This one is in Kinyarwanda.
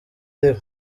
iriba